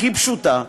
הכי פשוטה,